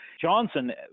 Johnson